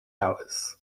hours